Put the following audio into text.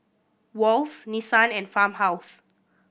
Wall's Nissan and Farmhouse